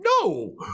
No